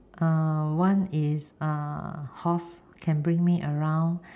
uh one is uh horse can bring me around